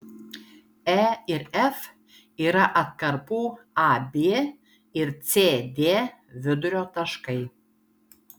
e ir f yra atkarpų ab ir cd vidurio taškai